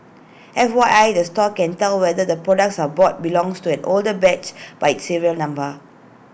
F Y I the store can tell whether the products are bought belongs to an older batch by its serial number